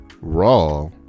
Raw